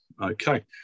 Okay